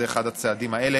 זה אחד הצעדים האלה.